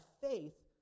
faith